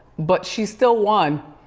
but she still won.